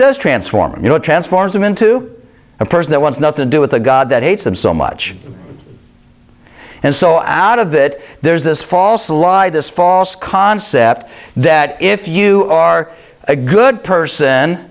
does transform your transforms them into a person that wants nothing to do with a god that hates them so much and so out of that there's this false lied this false concept that if you are a good person